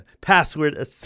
Password